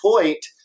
point